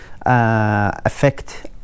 affect